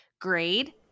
grade